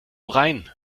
rein